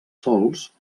sòls